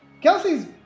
Kelsey's